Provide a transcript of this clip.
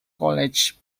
college